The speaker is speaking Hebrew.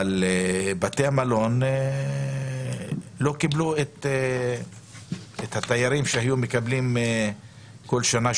אבל בתי המלון לא קיבלו את התיירים שהיו מקבלים בכל שנה.